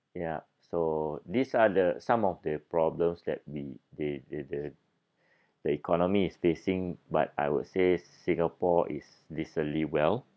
ya so these are the some of the problems that the they they the the economy is facing but I would say singapore is decently well